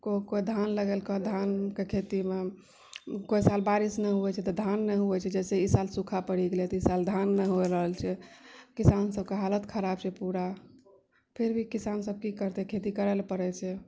कोइ कोइ धान लगेलकऽ धानके खेतीमे कोइ साल बारिश नहि हुवे छै तऽ धान नहि हुवे छै जैसे ई साल सूखा पड़ि गेलै तऽ ई साल धान नहि हुवे रहल छै किसान सबकेँ हालत खराब छै पूरा फिर भी किसान सब की करतै खेती करैला पड़ै छै